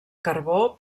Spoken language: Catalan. carbó